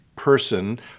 person